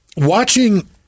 watching